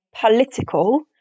political